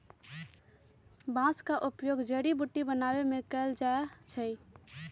बांस का उपयोग जड़ी बुट्टी बनाबे में कएल जाइ छइ